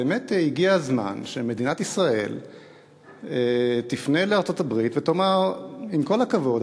הגיע הזמן שמדינת ישראל תפנה לארצות-הברית ותאמר: עם כל הכבוד,